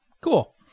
Cool